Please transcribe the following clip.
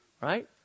Right